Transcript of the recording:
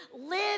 live